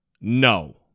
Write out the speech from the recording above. no